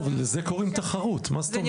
טוב, לזה קוראים תחרות, מה זאת אומרת?